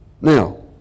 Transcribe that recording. Now